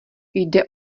jde